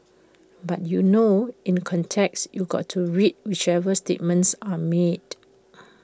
but you know in context you got to read whichever statements are made